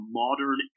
modern